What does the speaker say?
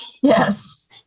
Yes